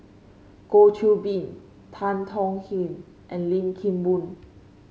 Goh Qiu Bin Tan Tong Hye and Lim Kim Boon